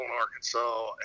Arkansas